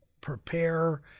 prepare